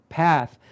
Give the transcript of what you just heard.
path